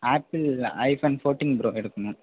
apple iPhone fourteen pro எடுக்கணும்